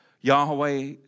Yahweh